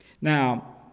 Now